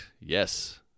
Yes